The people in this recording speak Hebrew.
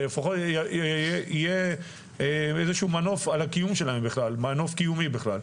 שלפחות יהיה איזשהו מנוף קיומי בכלל.